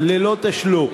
ללא תשלום.